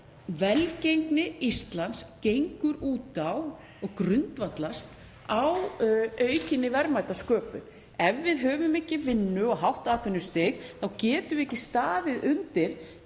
velgengni Íslands gengur út á og grundvallast á aukinni verðmætasköpun. Ef við höfum ekki vinnu og hátt atvinnustig þá getum við ekki staðið undir